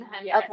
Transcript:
Okay